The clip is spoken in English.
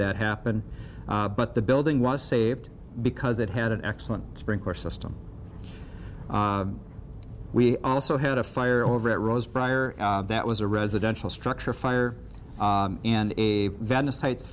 that happen but the building was saved because it had an excellent sprinkler system we also had a fire over it rose prior that was a residential structure fire and a venice heights